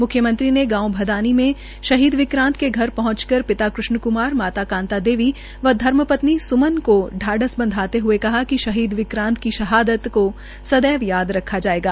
म्ख्यमंत्री ने गांव भदानी में शहीद विक्रांत के घर पहंच कर पिता कृष्ण क्मार माता कांता देवी व धर्मपत्नी सुमन को ांध्स बंधाते हुए कहा कि शहीद विक्रांत की शहादत को सदैव याद रखा जाएगा